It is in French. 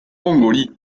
mongolie